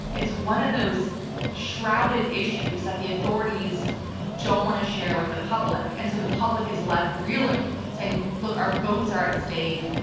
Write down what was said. it's one of those shrouded issues that the authorities don't want to share with the public, and so the public is left reeling, saying, look, our votes are at stake.